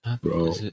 Bro